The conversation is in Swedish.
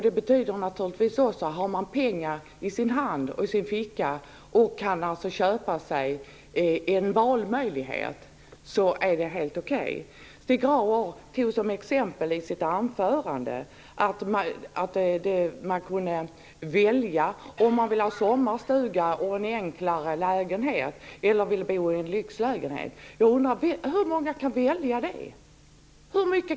Det betyder naturligtvis också att om man har pengar i sin ficka och kan köpa sig en valmöjlighet, så är det helt okej. Stig Grauers tog som exempel i sitt anförande att man kunde välja om man ville ha sommarstuga och en enklare lägenhet eller om man ville bo i en lyxlägenhet. Hur många kan göra detta val?